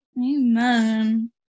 amen